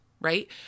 right